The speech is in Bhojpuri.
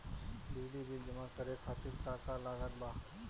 बिजली बिल जमा करे खातिर का का लागत बा?